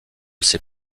ses